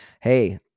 hey